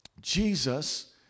Jesus